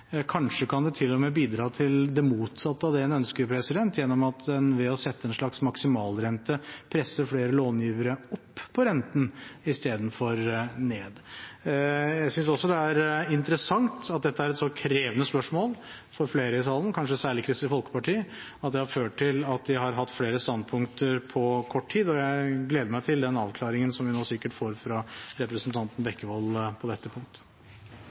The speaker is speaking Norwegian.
Kanskje kan det til og med bidra til det motsatte av det en ønsker, gjennom at en ved å sette en slags maksimalrente presser renten til flere långivere opp istedenfor ned. Jeg synes også det er interessant at dette er et så krevende spørsmål for flere i salen – kanskje særlig for Kristelig Folkeparti – at det har ført til at de har hatt flere standpunkter på kort tid. Jeg gleder meg til den avklaringen som vi nå sikkert får fra representanten Bekkevold på dette punktet.